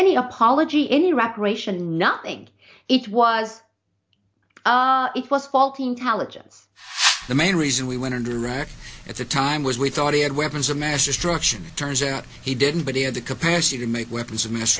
any apology in the reparation nothing it was it was faulty intelligence the main reason we went into iraq it's a time was we thought he had weapons of mass destruction turns out he didn't but he had the capacity to make weapons of m